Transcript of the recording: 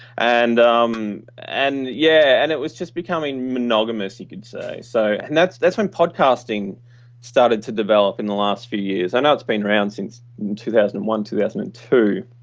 and um and yeah and it was just becoming monogamous, you could say. so and that's that's when podcasting started to develop in the last few years. i know it's been around since two thousand and one, two thousand and and two.